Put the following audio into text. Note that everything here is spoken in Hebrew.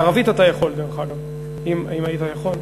דרך אגב, בערבית אתה יכול, אם היית יכול.